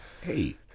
Hey